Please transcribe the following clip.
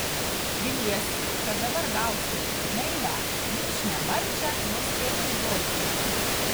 viliesi kad dabar gausi meilią lipšnią marčią nors prie žaizdos dėk